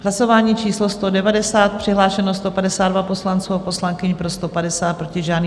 Hlasování číslo 190, přihlášeno 152 poslanců a poslankyň, pro 150, proti žádný.